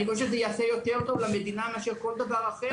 אני חושב שזה יעשה יותר טוב למדינה מאשר כל דבר אחר.